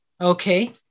Okay